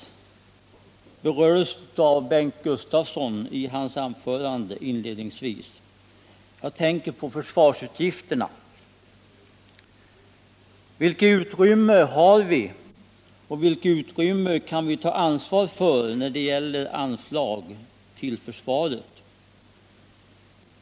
Den berördes av Bengt Gustavsson i hans anförande inledningsvis. Jag tänker på försvarsutgifterna. Vilket utrymme har vi och vilket utrymme kan vi ta ansvar för när det gäller anslag till försvaret?